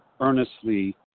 earnestly